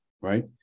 right